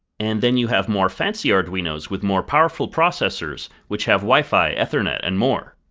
and then you have more fancy arduinos with more powerful processors which have wifi, ethernet and more.